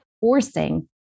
forcing